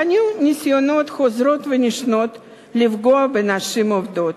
היו ניסיונות חוזרים ונשנים לפגוע בנשים עובדות.